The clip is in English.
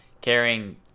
carrying